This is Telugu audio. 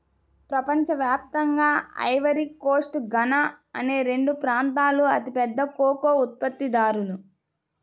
ప్రపంచ వ్యాప్తంగా ఐవరీ కోస్ట్, ఘనా అనే రెండు ప్రాంతాలూ అతిపెద్ద కోకో ఉత్పత్తిదారులు